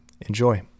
Enjoy